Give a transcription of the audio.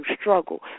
struggle